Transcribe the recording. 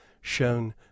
shown